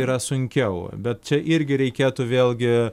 yra sunkiau bet čia irgi reikėtų vėlgi